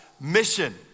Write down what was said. mission